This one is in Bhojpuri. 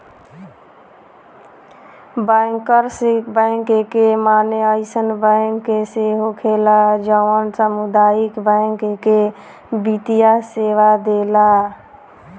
बैंकर्स बैंक के माने अइसन बैंक से होखेला जवन सामुदायिक बैंक के वित्तीय सेवा देला